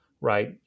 right